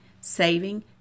saving